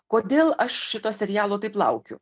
kodėl aš šito serialo taip laukiu